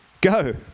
go